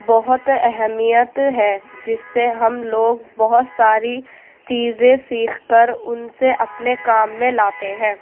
بہت اہمیت ہے جس سے ہم لوگ بہت ساری چیزیں سیکھ کر ان سے اپنے کام میں لاتے ہیں